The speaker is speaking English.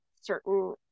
certain